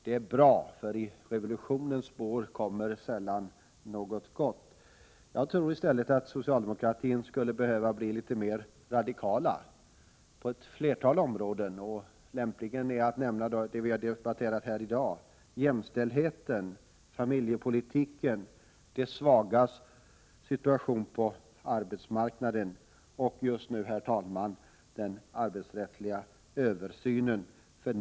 Det är bra, för i revolutionens spår kommer sällan något gott. Jag tror i stället att socialdemokraterna skulle behöva bli litet mera radikala på ett flertal områden. Lämpligt är då att nämna det som vi debatterar här i dag — jämställdheten, familjepolitiken, de svagas situation på arbetsmarknaden och slutligen, herr talman, en arbetsrättslig översyn.